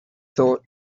thought